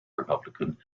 republican